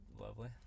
lovely